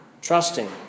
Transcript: trusting